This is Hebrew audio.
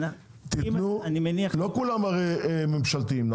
לא כולם הרי ממשלתיים.